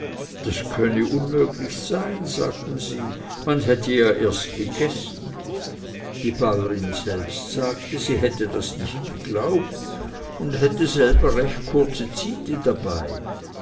das könne unmöglich sein sagten sie man hätte ja erst gegessen die bäurin sagte selbst sie hätte das nicht geglaubt und hätte selber recht kurze zyti dabei